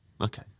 Okay